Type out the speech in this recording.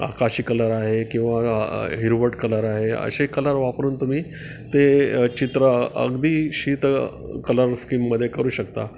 आकाशी कलर आहे किंवा हिरवट कलर आहे असे कलर वापरून तुम्ही ते चित्र अगदी शीत कलर स्कीममध्ये करू शकता